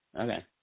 Okay